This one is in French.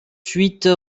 huit